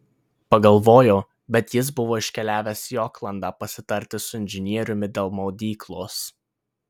pagalvojo bet jis buvo iškeliavęs į oklandą pasitarti su inžinieriumi dėl maudyklos